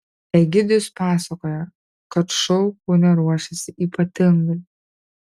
egidijus pasakoja kad šou kaune ruošiasi ypatingai